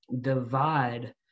divide